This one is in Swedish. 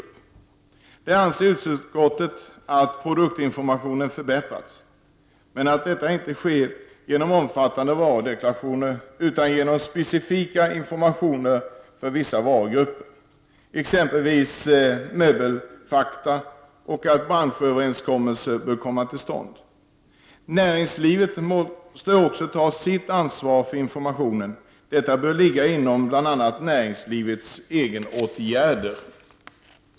Utskottet anser att produktinformationen bör förbättras, men att detta inte skall ske genom omfattande varudeklarationssystem utan genom specifika informationer för vissa varugrupper, exempelvis möbelfakta, och att branschöverenskommelser bör komma till stånd. Näringslivet måste också ta sitt ansvar för informationen. Detta bör ligga inom näringslivets egenåtgärder.